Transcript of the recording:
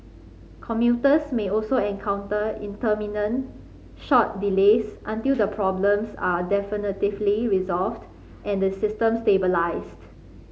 commuters may also encounter intermittent short delays until the problems are definitively resolved and the system stabilised